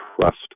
trust